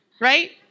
right